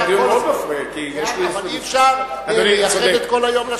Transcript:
זה היה דיון מאוד מפרה, אי-אפשר כל הזמן.